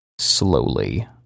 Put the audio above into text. slowly